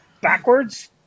backwards